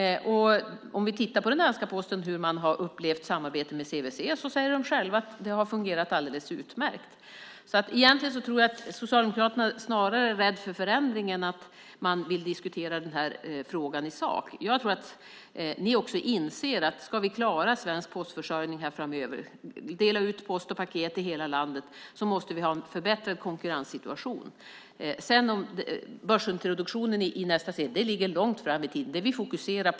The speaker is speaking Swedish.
Om man frågar hur de på den danska Posten har upplevt samarbetet med CVC säger de själva att det har fungerat alldeles utmärkt. Egentligen tror jag att Socialdemokraterna är rädda för förändring och inte vill diskutera den här frågan i sak. Jag tror att också ni inser att om vi ska klara svensk postförsörjning framöver, att post och paket delas ut i hela landet, måste vi ha en förbättrad konkurrenssituation. En eventuell börsintroduktion i nästa steg ligger långt fram i tiden.